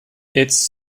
its